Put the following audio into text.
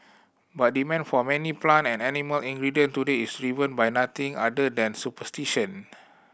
but demand for many plant and animal ingredient today is driven by nothing other than superstition